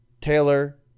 Taylor